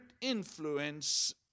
Influence